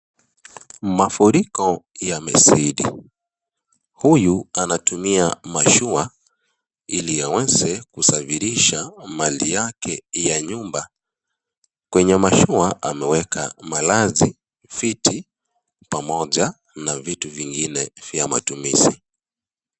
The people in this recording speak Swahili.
Mafuriko yamezidi, huyu anatumia mashua ili aweze kusafirisha mali yake ya nyumba. Kwenye mashua ameweka malazi viti pamoja na vitu vingine vya matumizi.